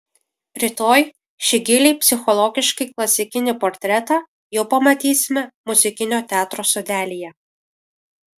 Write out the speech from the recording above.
rytoj šį giliai psichologiškai klasikinį portretą jau pamatysime muzikinio teatro sodelyje